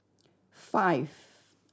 five